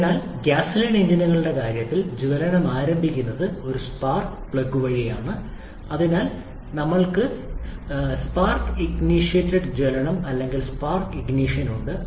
അതിനാൽ ഗ്യാസോലിൻ എഞ്ചിനുകളുടെ കാര്യത്തിൽ ജ്വലനം ആരംഭിക്കുന്നത് ഒരു സ്പാർക്ക് പ്ലഗ് ആണ് അതിനാൽ ഞങ്ങൾക്ക് സ്പാർക്ക് ഇനീഷ്യേറ്റഡ് ജ്വലനം അല്ലെങ്കിൽ സ്പാർക്ക് ഇഗ്നിഷൻ ഉണ്ട്